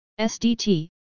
SDT